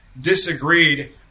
disagreed